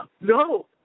no